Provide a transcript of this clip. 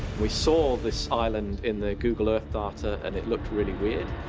we saw this island in the google earth data, and it looked really weird.